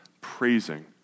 praising